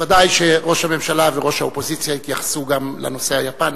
ודאי שראש הממשלה וראש האופוזיציה יתייחסו גם לנושא היפני.